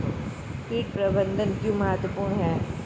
कीट प्रबंधन क्यों महत्वपूर्ण है?